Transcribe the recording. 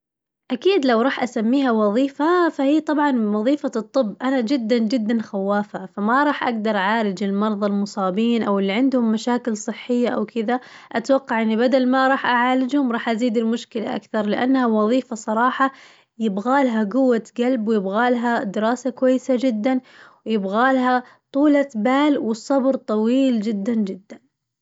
أكيد لو راح أسميها وظيفة فهي طبعاً وظيفة الطب، أنا جداً جداً خوافة فما راح أقدر أعالج المرظى المصابين أو اللي عندهم مشاكل صحية أو كذا، أتوقع إني بدل ما راح أعالجهم راح أزيد المشكلة أكثر لأنها زظيفة صراحة يبغالها قوة قلب ويبغالها دراسة كويسة جداً ويبغالها طولة بال وصبر طويل جداً جداً.